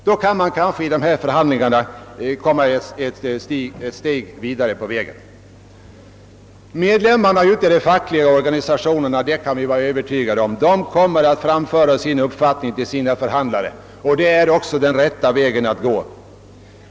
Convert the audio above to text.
Då kan man alltså vid dessa förhandlingar komma ett steg vidare på vägen. Medlemmarna i statstjänstemannaorganisationerna kommer — det kan vi förutsätta —- att framföra sin mening till sina förhandlare, och det är också den rätta vägen att gå.